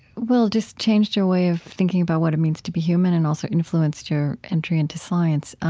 well, just changed your way of thinking about what it means to be human and also influenced your entry into science.